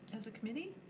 as a committee?